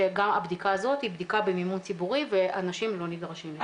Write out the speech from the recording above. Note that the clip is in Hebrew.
שגם הבדיקה הזאת היא בדיקה במימון ציבורי ואנשים לא נדרשים לשלם.